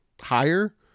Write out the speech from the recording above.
higher